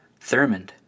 Thurmond